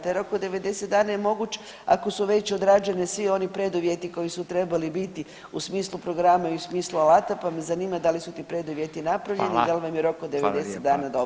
Taj rok od 90 dana je moguć ako su već odrađeni svi oni preduvjeti koji su trebali biti u smislu programa i u smislu alata, pa me zanima da li su ti preduvjeti napravljeni i da li nam je rok od 90 dana dovoljan?